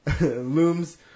looms